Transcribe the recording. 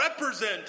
represent